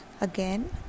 Again